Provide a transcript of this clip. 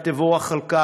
ותבורך על כך.